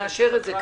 נאשר את זה כנראה.